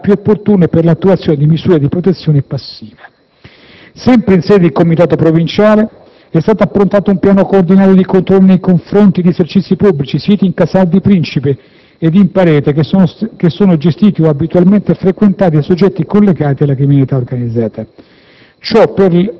e le modalità più opportune per l'attuazione di misure di protezione passiva. Sempre in sede di Comitato provinciale per l'ordine e la sicurezza pubblica, è stato approntato un piano coordinato di controlli nei confronti di esercizi pubblici, siti in Casal di Principe e in Parete, che sono gestiti o abitualmente frequentati da soggetti collegati alla criminalità organizzata.